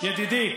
ידידי,